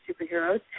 superheroes